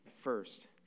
first